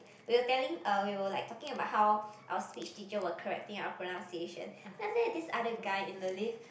we were telling uh we were like talking about how our speech teacher were correcting our pronunciation then after that this other guy in the lift